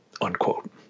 unquote